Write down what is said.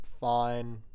fine